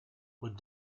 with